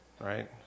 right